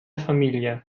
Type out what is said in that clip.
familie